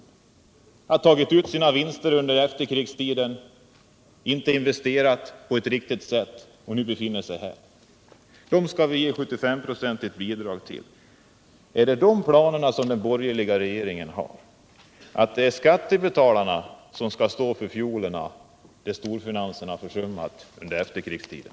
Den har tagit ut sina vinster under efterkrigstiden, inte investerat på ett riktigt sätt och befinner sig nu i det här läget. Den industrin skall vi ge ett 75-procentigt bidrag till! Är det de planerna som den borgerliga regeringen har — att det är skattebetalarna som skall stå för fiolerna, där storfinansen har gjort försummelser under efterkrigstiden?